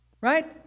right